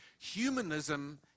humanism